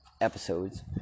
episodes